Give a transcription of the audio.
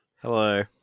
hello